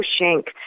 Shank